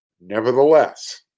Nevertheless